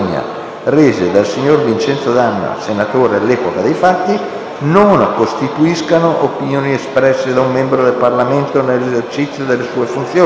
rese dal signor Ciro Falanga, senatore all'epoca dei fatti, costituiscono opinioni espresse da un membro del Parlamento nell'esercizio delle sue funzioni